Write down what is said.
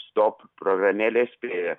stop programėlės prie